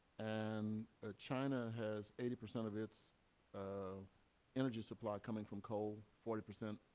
and ah china has eighty percent of its um energy supply coming from coal, forty percent